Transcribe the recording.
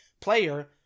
player